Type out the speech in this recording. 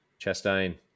Chastain